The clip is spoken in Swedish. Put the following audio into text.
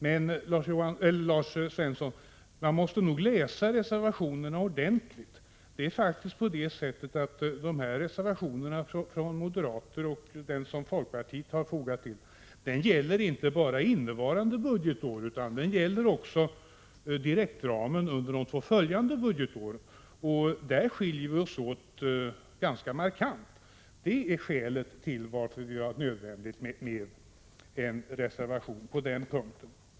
Men, Lars Svensson, man måste nog läsa reservationerna ordentligt. Det är faktiskt på det sättet att reservationerna från moderata samlingspartiet och folkpartiet inte behandlar endast innevarande budgetår utan de gäller också direktramen under de två följande budgetåren, och där skiljer vi oss åt ganska markant. Det är skälet till att det var nödvändigt med en reservation på den punkten.